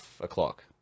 o'clock